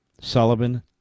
Sullivan